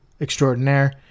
extraordinaire